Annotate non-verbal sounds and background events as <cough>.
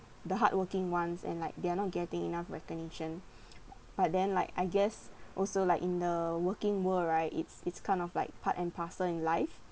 the hardworking ones and like they are not getting enough recognition <breath> but then like I guess also like in the working world right it's it's kind of like part and parcel in life